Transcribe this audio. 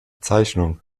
zeichnung